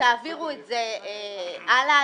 ותעבירו את זה הלאה.